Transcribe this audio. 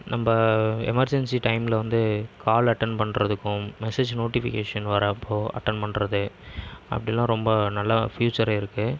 நம்ம எமர்ஜென்சி டைமில் வந்து கால் அட்டன் பண்ணறதுக்கும் மெசேஜ் நோட்டிஃபிகேஷன் வரப்போ அட்டன் பண்ணறது அப்படிலாம் ரொம்ப நல்லா ஃப்யூச்சர் இருக்கு